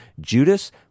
Judas